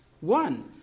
One